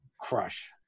crush